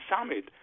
Summit